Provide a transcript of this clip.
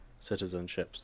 citizenships